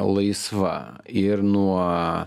laisva ir nuo